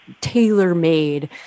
tailor-made